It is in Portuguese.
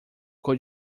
cor